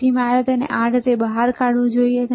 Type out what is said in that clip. તેથી તમારે તેને આ રીતે બહાર કાઢવું જોઈએ